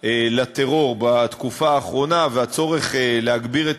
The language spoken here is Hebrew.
לטרור בתקופה האחרונה והצורך להגביר את